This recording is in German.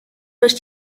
durch